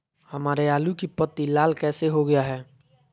हमारे आलू की पत्ती लाल कैसे हो गया है?